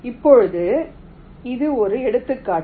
இப்போது இது ஒரு எடுத்துக்காட்டு